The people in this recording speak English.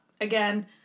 again